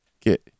get